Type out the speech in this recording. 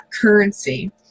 currency